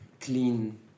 clean